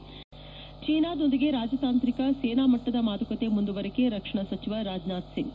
ಿಂಗೆ ಚೀನಾದೊಂದಿಗೆ ರಾಜತಾಂತ್ರಿಕ ಸೇನಾ ಮಟ್ಟದ ಮಾತುಕತೆ ಮುಂದುವರಿಕೆ ರಕ್ಷಣಾ ಸಚಿವ ರಾಜನಾಥ್ ಸಿಂಗ್